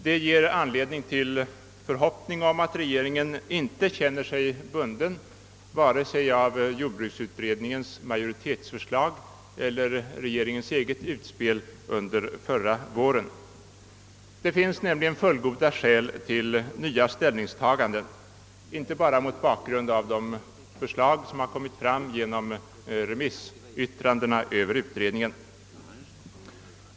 Detta ger anledning till en förhoppning om att regeringen inte känner sig bunden vare sig av jordbruksutredningens majoritetsförslag eller av sitt eget utspel under förra våren. Det finns fullgoda skäl till nya ställningstaganden, inte bara mot bakgrund av de förslag som kommit fram genom remissyttrandena över utredningen.